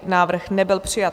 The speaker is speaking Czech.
Návrh nebyl přijat.